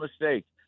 mistakes